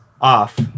off